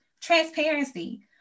Transparency